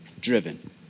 driven